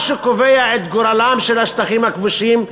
מה שקובע את גורלם של השטחים הכבושים,